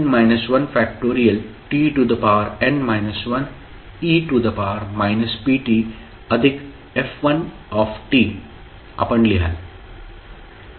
tn 1e pt अधिक f1 आपण लिहाल